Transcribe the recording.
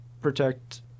protect